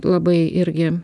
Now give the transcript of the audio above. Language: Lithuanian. labai irgi